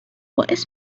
باعث